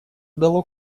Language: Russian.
дало